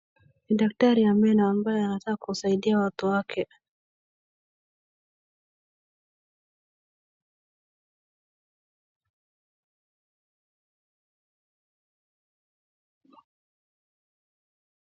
Daktari ya meno ambaye anataka kusaidia watu wake.